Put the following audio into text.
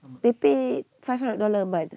they paid five hundred dollar a month